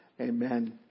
Amen